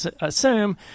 assume